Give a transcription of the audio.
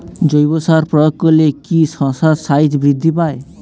জৈব সার প্রয়োগ করলে কি শশার সাইজ বৃদ্ধি পায়?